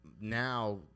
now